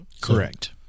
Correct